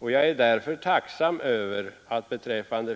Jag är därför tacksam över vad